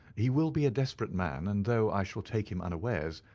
he will be a desperate man, and though i shall take him unawares,